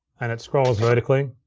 and it scrolls vertically.